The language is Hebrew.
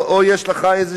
או שתהיה לך איזו